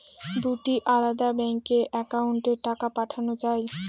দুটি আলাদা ব্যাংকে অ্যাকাউন্টের টাকা পাঠানো য়ায়?